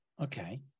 Okay